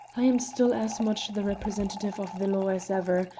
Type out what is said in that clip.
i am still as much the representative of the law as ever,